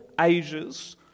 ages